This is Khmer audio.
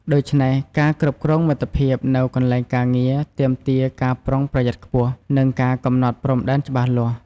ដូច្នេះ ការគ្រប់គ្រងមិត្តភាពនៅកន្លែងការងារទាមទារការប្រុងប្រយ័ត្នខ្ពស់ និងការកំណត់ព្រំដែនច្បាស់លាស់។